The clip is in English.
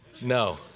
No